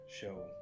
show